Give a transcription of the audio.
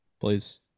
Please